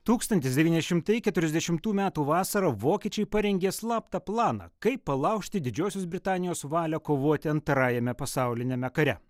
tūkstantis devyni šimtai keturiasdešimtų metų vasarą vokiečiai parengė slaptą planą kaip palaužti didžiosios britanijos valią kovoti antrajame pasauliniame kare